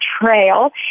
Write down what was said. trail